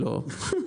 לא.